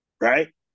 Right